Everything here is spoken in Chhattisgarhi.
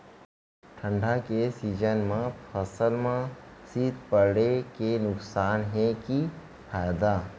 ठंडा के सीजन मा फसल मा शीत पड़े के नुकसान हे कि फायदा?